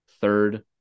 third